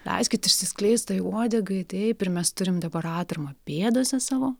leiskit išsiskleist tai uodegai taip ir mes turim dabar atramą pėdose savo